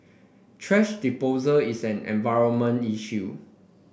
thrash disposal is an environment issue